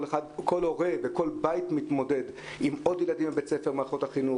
כל הורה מתמודד עם עוד ילדים שנמצאים במערכת החינוך,